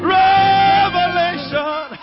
revelation